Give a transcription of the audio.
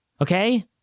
okay